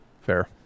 Fair